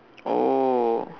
oh